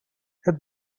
het